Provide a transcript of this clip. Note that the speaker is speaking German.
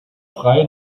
frei